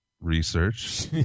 Research